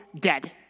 dead